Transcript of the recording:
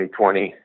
2020